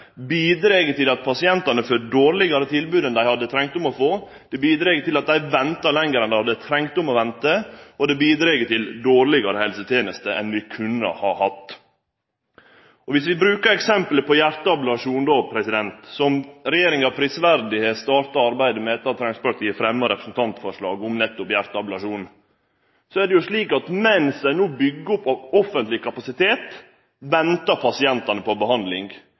bidreg til at pasientane får dårlegare tilbod enn dei hadde trunge å få, bidreg til at dei ventar lenger enn dei treng å vente, og han bidreg til ei dårlegare helseteneste enn vi kunne ha hatt. Dersom vi brukar eksempelet på hjarteablasjon, som regjeringa prisverdig har starta arbeidet med etter at Framstegspartiet fremma representantforslag om nettopp hjarteablasjon, er det slik at mens ein no byggjer opp offentleg kapasitet, ventar pasientane på behandling.